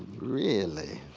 really?